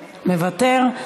מוותר,